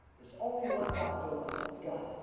there's only one doctor left. it's god.